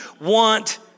want